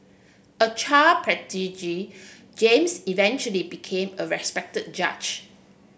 a child prodigy James eventually became a respected judge